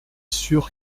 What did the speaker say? sûr